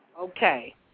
Okay